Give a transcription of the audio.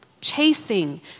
chasing